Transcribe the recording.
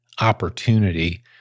opportunity